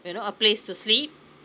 you know a place to sleep